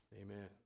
Amen